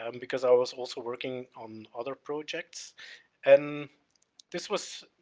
um because i was also working on other projects and this was,